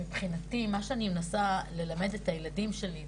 מבחינתי מה שאני מנסה ללמד את הילדים שלי,